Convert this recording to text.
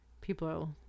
People